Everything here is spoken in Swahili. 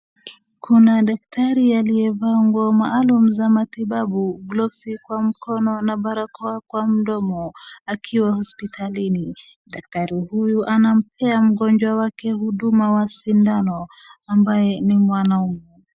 Kuna daktari aliyevaa nguo maalum za matibabu glovsi kwa mkono na barakoa kwa mdomo akiwa hospitalini. Daktari uyo anampea mgonjwa wake huduma ya shindano ambaye ni mwanaume.